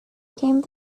came